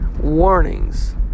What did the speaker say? warnings